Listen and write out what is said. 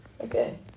Okay